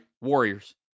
Warriors